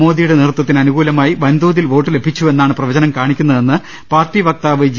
മോദിയുടെ നേതൃത്വത്തിന് അനുകൂലമായി വൻതോതിൽ വോട്ട് ലഭിച്ചുവെന്നാണ് പ്രവചനം കാണിക്കുന്നതെന്ന് പാർട്ടി വക്താവ് ജി